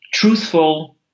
truthful